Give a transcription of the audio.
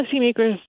policymakers